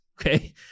Okay